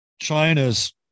China's